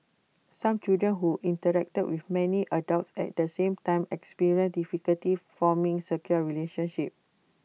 some children who interact with many adults at the same time experience difficulties forming secure relationships